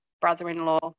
brother-in-law